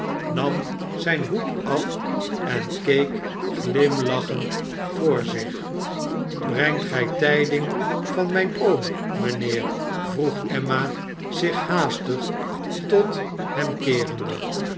nam zyn hoed af en keek glimlachend voor zich brengt gy tyding van myn oom mijnheer vroeg emma zich haas g tot hem keerende